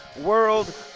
World